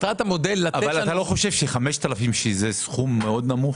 אבל אתה לא חושב ש-5,000 שקלים הוא סכום מאוד נמוך?